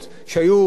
בין הרשויות,